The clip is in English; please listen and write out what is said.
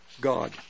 God